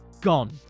gone